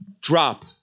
drop